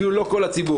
אפילו לא כל הציבור,